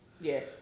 Yes